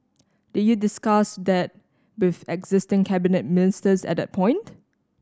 did you discuss that with existing cabinet ministers at that point